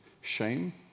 shame